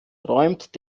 räumt